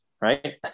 right